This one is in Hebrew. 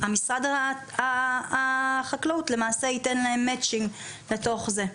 משרד החקלאות ייתן להם מצ'ינג לתוך זה,